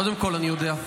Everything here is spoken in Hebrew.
קודם כול, אני יודע.